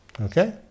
Okay